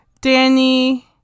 Danny